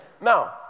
Now